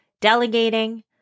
delegating